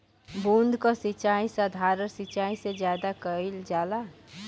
बूंद क सिचाई साधारण सिचाई से ज्यादा कईल जाला